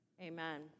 Amen